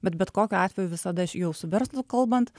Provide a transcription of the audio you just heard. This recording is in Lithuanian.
bet bet kokiu atveju visada jau su verslu kalbant